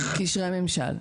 קשרי ממשל.